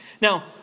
Now